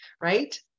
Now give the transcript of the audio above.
Right